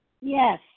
Yes